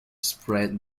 spread